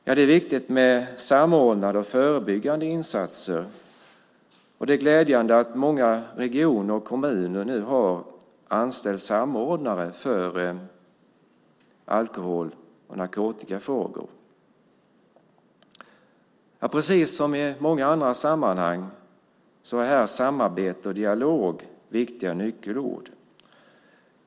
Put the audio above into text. Ja, det är viktigt med samordnade och förebyggande insatser, och det är glädjande att många regioner och kommuner nu har anställt samordnare för alkohol och narkotikafrågor. Precis som i många andra sammanhang är här samarbete och dialog viktiga nyckelord.